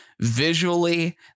visually